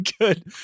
good